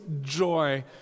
joy